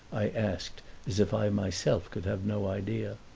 i asked as if i myself could have no idea.